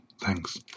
Thanks